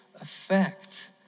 effect